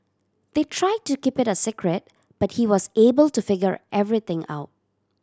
they tried to keep it a secret but he was able to figure everything out